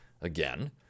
Again